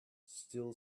still